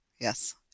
Yes